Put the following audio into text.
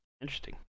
Interesting